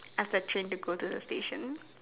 ask the train to go to the station